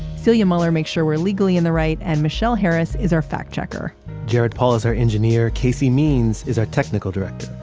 celia muller makes sure we're legally in the right. and michelle harris is our fact-checker jared paul is our engineer. cayce means is our technical director.